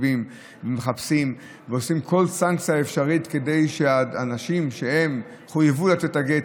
עוקבים ומחפשים ועושים כל סנקציה אפשרית כדי שאנשים שחויבו לתת את הגט,